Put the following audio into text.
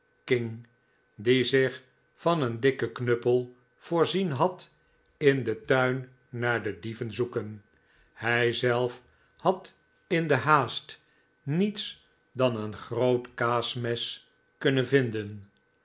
king die zich van een dikken knuppel voorzien had in den turn naar de dieven zoeken hij zelf had in de haast niets dan een groot kaasmes kunnen vinden